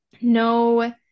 No